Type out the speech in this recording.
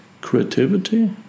creativity